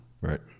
Right